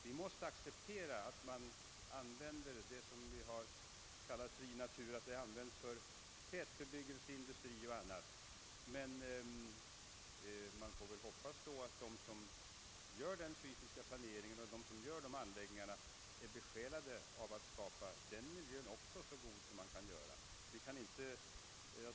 Vi måste acceptera att man använder det som vi har kallat fri natur för tätbebyggelse, industri och annat. Men vi får naturligtvis då hoppas att de som gör den fysiska planeringen är besjälade av en önskan att skapa även den miljön så god som det är möjligt att göra.